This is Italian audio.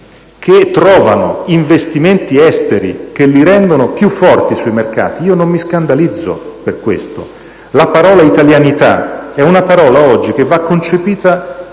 che trovano investimenti esteri che li rendono più forti sui mercati, io non mi scandalizzo per questo. La parola «italianità» è una parola che oggi va concepita